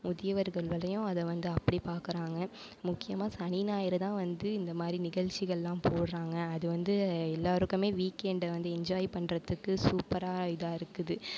முதியவர்கள் வரையும் அதை வந்து அப்படி பார்க்குறாங்க முக்கியமாக சனி ஞாயிறு தான் வந்து இந்தமாதிரி நிகழ்ச்சிகள்லாம் போடுறாங்க அது வந்து எல்லாருக்குமே வீக்எண்ட வந்து என்ஜாய் பண்ணுறதுக்கு சூப்பராக இதாகருக்குது